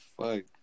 fuck